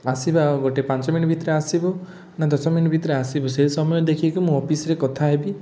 ଆସିବା ଆଉ ଗୋଟେ ପାଞ୍ଚ ମିନିଟ୍ ଭିତରେ ଆସିବୁ ନା ଦଶ ମିନିଟ୍ ଭିତରେ ଆସିବୁ ସେଇ ସମୟ ଦେଖିକି ମୁଁ ଅଫିସ୍ରେ କଥା ହେବି